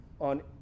on